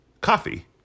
coffee